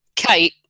Kate